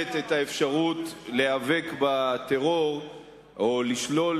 משפרת את האפשרות להיאבק בטרור או לשלול